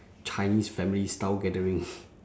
chinese family style gathering